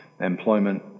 employment